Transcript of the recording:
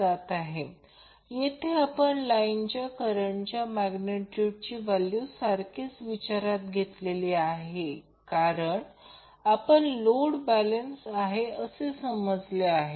जेव्हा ते लिहित असतात तेव्हा ते इन्स्टंटेनियस पोलारिटी असते याचा अर्थ Vab VL अँगल 0 oआणि Vbc VL अँगल 120 o हे जे इथे लिहिले आहे